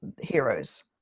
heroes